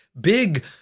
Big